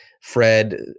fred